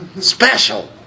special